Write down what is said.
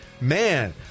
man